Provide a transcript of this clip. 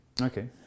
Okay